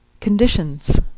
conditions